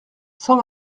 cent